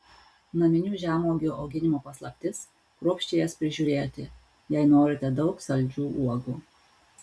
naminių žemuogių auginimo paslaptis kruopščiai jas prižiūrėti jei norite daug saldžių uogų